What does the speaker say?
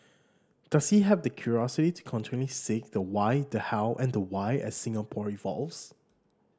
does he have the curiosity to continually seek the why the how and the why as Singapore evolves